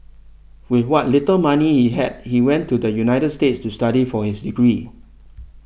with what little money he had he went to the United States to study for his degree